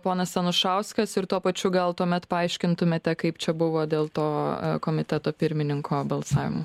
ponas anušauskas ir tuo pačiu gal tuomet paaiškintumėte kaip čia buvo dėl to komiteto pirmininko balsavimo